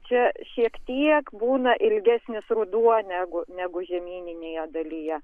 čia šiek tiek būna ilgesnis ruduo negu negu žemyninėje dalyje